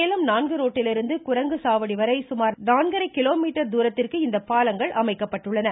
சேலம் நான்கு ரோடிலிருந்து குரங்கு சாவடி வரை சுமார் நான்கரை கிலோமீட்டர் தூரத்திற்கு இந்த பாலங்கள் அமைக்கப்பட்டுள்ளன